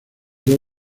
dos